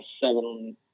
seven